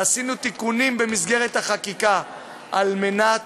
ועשינו תיקונים במסגרת החקיקה על מנת